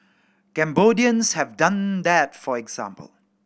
Cambodians have done that for example